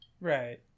Right